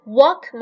walk